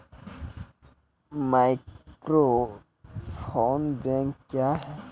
Microfinance bank क्या हैं?